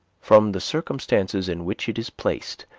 from the circumstances in which it is placed,